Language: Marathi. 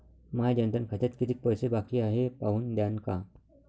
माया जनधन खात्यात कितीक पैसे बाकी हाय हे पाहून द्यान का?